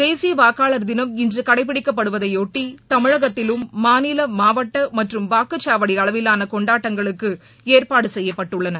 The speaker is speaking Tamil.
தேசிய வாக்காளர் தினம் இன்று கடைபிடிக்கப் படுவதையொட்டி தமிழகத்திலும் மாநில மாவட்ட மற்றும் வாக்குச்சாவடி அளவிலான கொண்டாட்டங்களுக்கு ஏற்பாடு செய்யப்பட்டுள்ளன